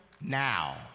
now